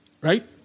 Right